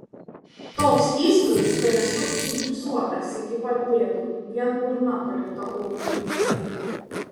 toks įspūdis kad esu sugipsuotas iki pat pėdų vien burna palikta orui įeiti